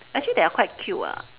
actually they are quite cute [what]